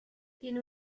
tiene